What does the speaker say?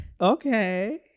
okay